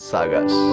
Sagas